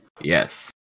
Yes